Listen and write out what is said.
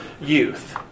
youth